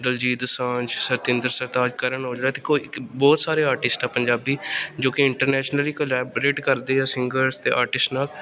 ਦਲਜੀਤ ਦੋਸਾਂਝ ਸਰਤਿੰਦਰ ਸਰਤਾਜ ਕਰਨ ਔਜਲਾ ਅਤੇ ਕੋਈ ਇੱਕ ਬਹੁਤ ਸਾਰੇ ਆਰਟਿਸਟ ਆ ਪੰਜਾਬੀ ਜੋ ਕਿ ਇੰਰਟਨੈਸ਼ਨਲੀ ਕੋਲੈਬਰੇਟ ਕਰਦੇ ਹੈ ਸਿੰਗਰਸ ਅਤੇ ਆਰਟਿਸਟ ਨਾਲ